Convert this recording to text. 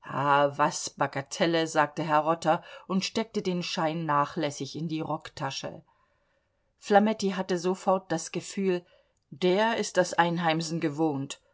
was bagatelle sagte herr rotter und steckte den schein nachlässig in die rocktasche flametti hatte sofort das gefühl der ist das einheimsen gewohnt